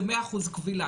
זה 100% כבילה?